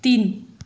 तिन